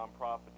nonprofit